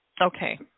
Okay